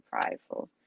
prideful